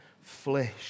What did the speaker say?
flesh